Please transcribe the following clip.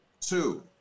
Two